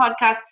Podcast